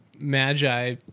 Magi